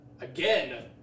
again